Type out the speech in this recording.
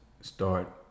Start